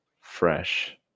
fresh